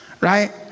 Right